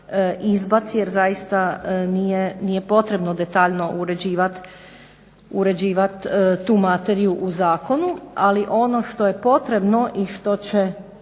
jer zaista nije potrebno detaljno uređivat tu materiju u zakonu. Ali ono što je potrebno i što će